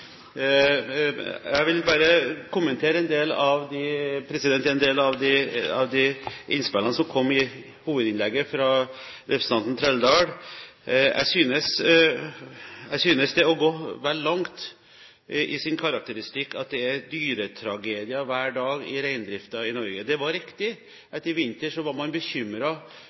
jeg er statsråd i Landbruks- og matdepartementet. Jeg vil bare kommentere en del av de innspillene som kom i hovedinnlegget til representanten Trældal. Jeg synes det er å gå vel langt i karakteristikken at det er dyretragedier hver dag i reindriften i Norge. Det er riktig at i vinter var man